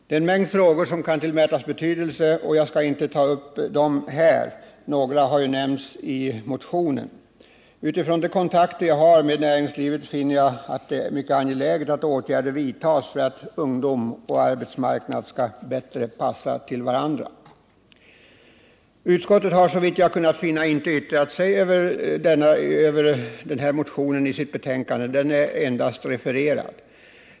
Det är en mängd frågor som kan tillmätas betydelse, men jag skall inte ta upp dem här; några har nämnts i motionen. Utifrån de kontakter jag har med näringslivet finner jag det mycket angeläget att åtgärder vidtas för att ungdom och arbetsmarknad skall passa bättre till varandra. Utskottet har, såvitt jag kunnat finna, inte yttrat sig över denna motion i sitt betänkande, utan den är endast refererad.